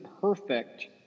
perfect